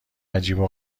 عجیب